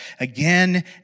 again